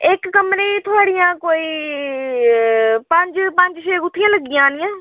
इक कमरे'ई थुआढियां कोई पंज पंज छे गुत्थियां लग्गी जानियां